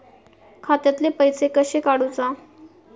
खात्यातले पैसे कशे काडूचा?